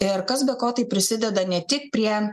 ir kas be ko tai prisideda ne tik prie